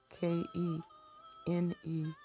K-E-N-E